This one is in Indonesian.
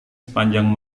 sepanjang